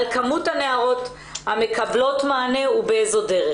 על כמות הנערות המקבלות מענה ובאיזו דרך.